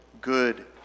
good